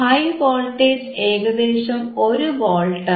high voltage ഏകദേശം 1 വോൾട്ടാണ്